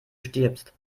stirbst